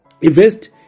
Invest